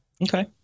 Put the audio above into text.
Okay